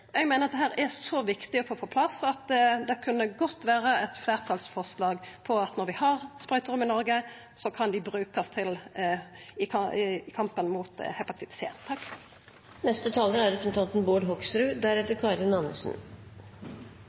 er så viktig å få på plass at det kunne godt vera eit fleirtalsforslag om at når vi har sprøyterom i Noreg, kan dei brukast i